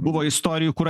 buvo istorijų kur